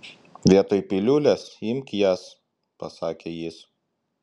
vietoj piliulės imk jas pasakė jis